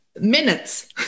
minutes